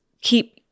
keep